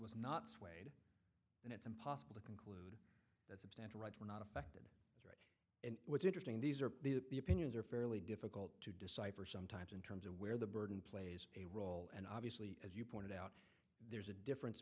was not swayed and it's impossible to conclude substantial rights were not affected and what's interesting these are the opinions are fairly difficult to decipher sometime in terms of where the burden plays a role and obviously as you pointed out there's a difference